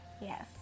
Yes